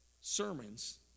sermons